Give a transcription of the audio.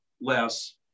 less